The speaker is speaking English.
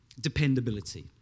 dependability